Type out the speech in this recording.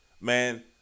man